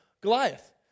Goliath